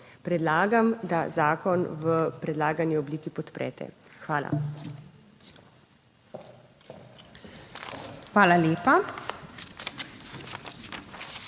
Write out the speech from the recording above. Predlagam, da zakon v predlagani obliki podprete. Hvala.